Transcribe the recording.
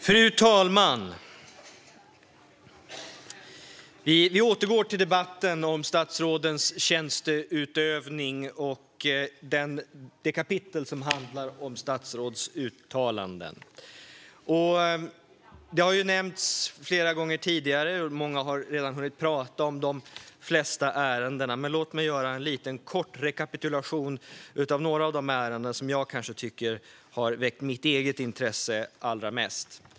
Gransknings-betänkandeStatsråds tjänsteutöv-ning: uttalanden Fru talman! Vi återgår till debatten om statsrådens tjänsteutövning och det kapitel som handlar om statsråds uttalanden. Många har redan hunnit prata om de flesta ärenden, men låt mig göra en kort rekapitulation av några av de ärenden som har väckt mitt intresse allra mest.